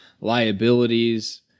liabilities